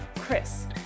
Chris